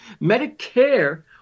Medicare